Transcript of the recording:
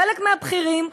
חלק מהבכירים,